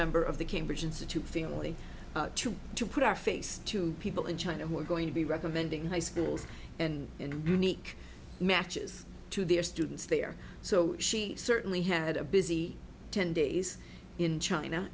member of the cambridge institute family to put our face to people in china who are going to be recommending high schools and and guneet matches to their students there so she certainly had a busy ten days in china